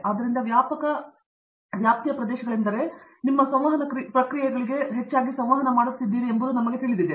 ಆದ್ದರಿಂದ ವ್ಯಾಪಕ ವ್ಯಾಪ್ತಿಯ ಪ್ರದೇಶಗಳೆಂದರೆ ನೀವು ನಮ್ಮ ಸಂವಹನ ಪ್ರಕ್ರಿಯೆಗಳಿಗೆ ಹೆಚ್ಚಾಗಿ ಸಂವಹನ ಮಾಡುತ್ತಿದ್ದೀರಿ ಎಂಬುದು ನಿಮಗೆ ತಿಳಿದಿದೆ